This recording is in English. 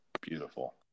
Beautiful